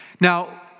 Now